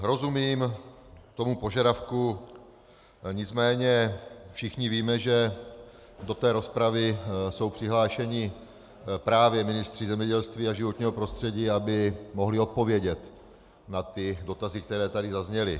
Rozumím tomu požadavku, nicméně všichni víme, že do rozpravy jsou přihlášeni právě ministři zemědělství a životního prostředí, aby mohli odpovědět na dotazy, které tady zazněly.